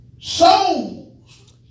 Souls